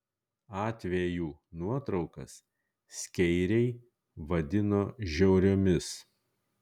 atvejų nuotraukas skeiriai vadino žiauriomis